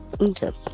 okay